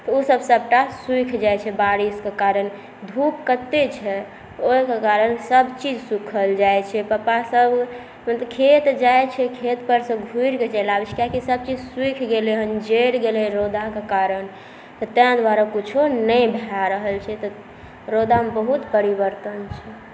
ओसभ सभटा सूखि जाइ छै बारिशकें कारण धूप कते छै ओहिके कारण सभ चीज़ सूखल जाइ छै पप्पासभ खेत जाइ छै खेत परसॅं घूरिक चलि आबै छै कियाकि सभ चीज़ सूखि गेलय हँ जरि गेलय रौदाके कारण तैं दुआरे कुछो नहि भै रहल छै तऽ रौदामऽ बहुत परिवर्तन छै